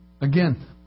Again